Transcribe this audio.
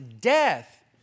death